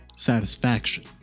satisfaction